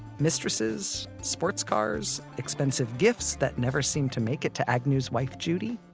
mistresses, sports cars, expensive gifts that never seemed to make it to agnew's wife judy.